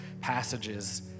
passages